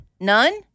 None